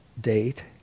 date